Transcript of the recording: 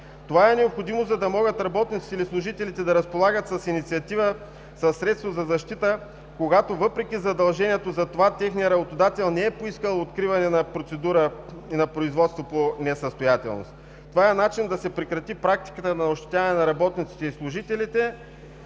Това е необходимо, за да могат работниците или служителите да разполагат с инициатива, със средства за защита, когато въпреки задължението за това, техният работодател не е поискал откриване на процедура и на производство по несъстоятелност. Това е начин да се прекрати практиката на ощетяване на работниците и служители,